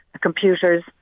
computers